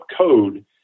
code